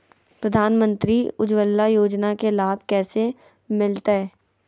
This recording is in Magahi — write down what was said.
प्रधानमंत्री उज्वला योजना के लाभ कैसे मैलतैय?